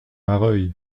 mareuil